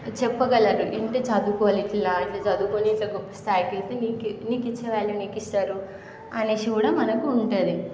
చెప్పగలరు ఏంటి చదువుకోవాలి ఇట్లా ఇట్లా చదువుకోని ఇట్లా గొప్ప స్థాయికి వెళ్తే నీకు నీకు ఇచ్చిన వ్యాల్యూ నీకు ఇస్తారు అనేసి కూడా మనకు ఉంటుంది